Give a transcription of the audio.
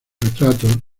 retratos